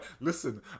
listen